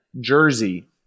Jersey